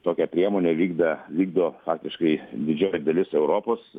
tokią priemonę vykdė vykdo faktiškai didžioji dalis europos